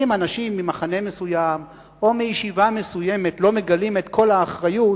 אם האנשים ממחנה מסוים או מישיבה מסוימת לא מגלים את כל האחריות,